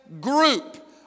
group